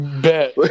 Bet